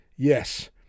Yes